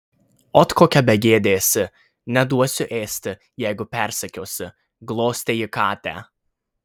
ot kokia begėdė esi neduosiu ėsti jeigu persekiosi glostė ji katę